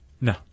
No